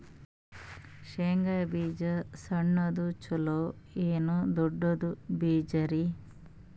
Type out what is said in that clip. ಶೇಂಗಾ ಬೀಜ ಸಣ್ಣದು ಚಲೋ ಏನ್ ದೊಡ್ಡ ಬೀಜರಿ?